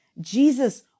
Jesus